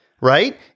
right